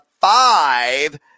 five